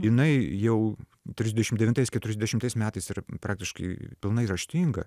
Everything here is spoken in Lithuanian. jinai jau trisdešim devintais keturiasdešimtais metais ir praktiškai pilnai raštinga